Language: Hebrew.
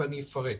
ואני אפרט.